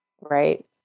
right